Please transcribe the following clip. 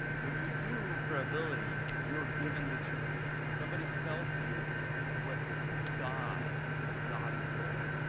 when you do probability, you're given the truth. somebody tells you what die god is rolling.